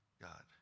God